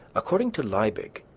according to liebig,